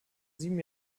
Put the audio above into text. sieben